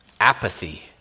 apathy